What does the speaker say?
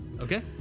Okay